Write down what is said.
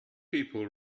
people